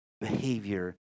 behavior